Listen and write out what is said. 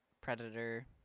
Predator